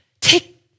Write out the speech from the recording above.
take